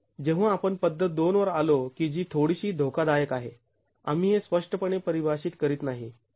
जेव्हा आपण पद्धत २ वर आलो की जी थोडीशी धोकादायक आहे आम्ही हे स्पष्टपणे परिभाषित करीत नाही